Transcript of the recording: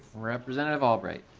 representative albright.